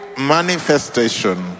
manifestation